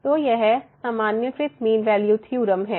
तो यह सामान्यीकृत मीन वैल्यू थ्योरम है